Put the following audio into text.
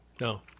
No